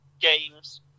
games